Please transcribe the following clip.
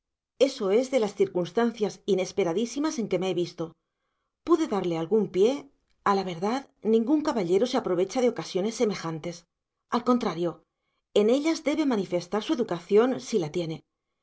eso es de las circunstancias inesperadísimas en que me he visto pude darle algún pie a la verdad ningún caballero se aprovecha de ocasiones semejantes al contrario en ellas debe manifestar su educación si la tiene